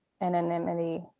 anonymity